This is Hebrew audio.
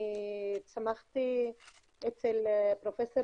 אני צמחתי אצל פרופ'